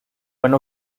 one